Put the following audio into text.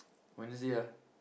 Wednesday ah